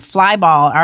Flyball